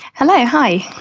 hello, hi.